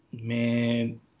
Man